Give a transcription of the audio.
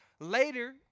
Later